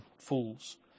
fools